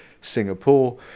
Singapore